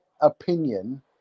opinion